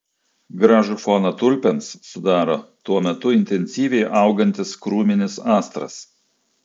gražų foną tulpėms sudaro tuo metu intensyviai augantis krūminis astras